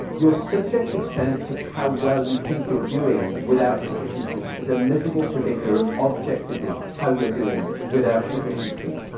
your subjective sense of how well you think you're doing without sufficient sleep is a miserable predictor of objectively how you're doing without sufficient sleep.